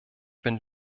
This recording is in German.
bin